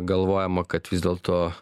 galvojama kad vis dėlto